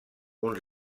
uns